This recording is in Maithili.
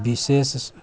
विशेष